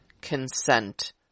consent